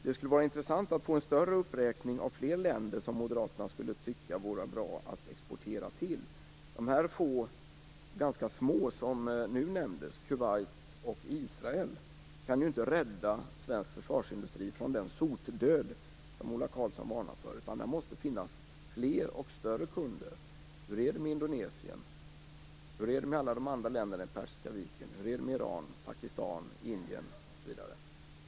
Det skulle vara intressant att få en uppräkning av fler länder som moderaterna tycker att det skulle vara bra att exportera till. De få ganska små länder som nu nämndes - Kuwait och Israel - kan ju inte rädda svensk försvarsindustri från den sotdöd som Ola Karlsson varnar för. Det måste finnas fler och större kunder. Hur är det med Indonesien? Hur är det med länderna kring Persiska viken? Hur är det med Iran, Pakistan, Indien osv.?